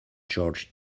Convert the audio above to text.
george